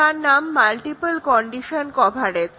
যার নাম multiple condition coverage